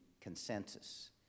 consensus